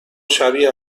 شبیه